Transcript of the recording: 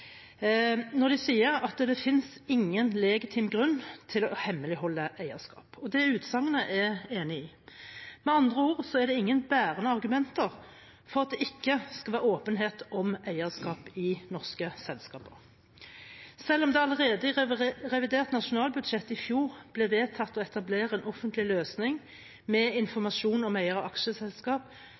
de sa at det finnes ingen legitim grunn til å hemmeligholde eierskap. Det utsagnet er jeg enig i. Med andre ord er det ingen bærende argumenter for at det ikke skal være åpenhet om eierskap i norske selskaper. Selv om det allerede i revidert nasjonalbudsjett i fjor ble vedtatt å etablere en offentlig løsning med informasjon om eiere av